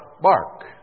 bark